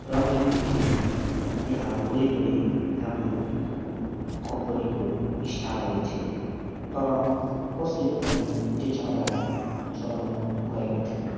र मैले देखेँ त्यहाँ वरिपरि हाम्रो कम्पनीको स्टाफहरू थियो तर कसैले पनि त्यो झगडा छोडाउन गएको थिएन